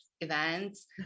events